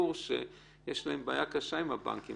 רואה שאותו מעביר והיא מריחה ריח לא טוב.